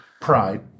pride